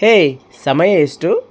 ಹೇಯ್ ಸಮಯ ಏಷ್ಟು